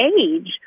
age